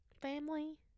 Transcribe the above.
family